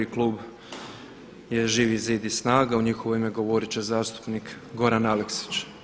klub je Živi zid i SNAGA, u njihovo ime govoriti će zastupnik Goran Aleksić.